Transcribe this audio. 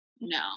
no